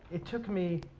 it took me,